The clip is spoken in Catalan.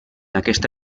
aquesta